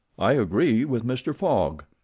i agree with mr. fogg.